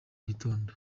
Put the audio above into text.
gitondo